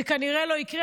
זה כנראה לא יקרה.